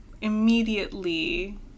immediately